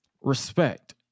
respect